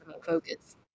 focus